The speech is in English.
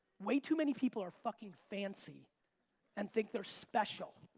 way too many people are fucking fancy and think they're special.